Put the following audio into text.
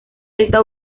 está